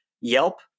Yelp